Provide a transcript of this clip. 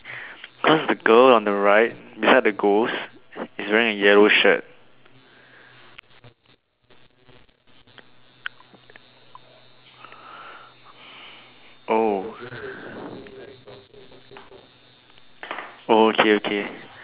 because the girl on the right beside the ghost is wearing a yellow shirt